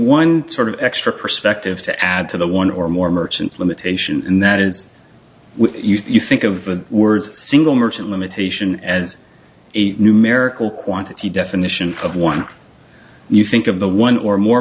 one sort of extra perspective to add to the one or more merchant limitation and that is when you think of words single merchant limitation as a numerical quantity definition of one you think of the one or more